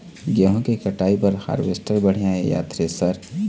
गेहूं के कटाई बर हारवेस्टर बढ़िया ये या थ्रेसर?